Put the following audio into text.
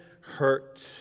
hurt